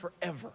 forever